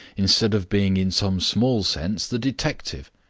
instead of being in some small sense the detective.